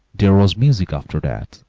there was music after that,